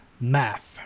math